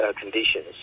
conditions